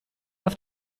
auf